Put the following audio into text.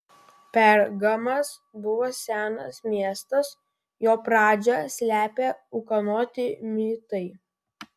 pergamas buvo senas miestas jo pradžią slepia ūkanoti mitai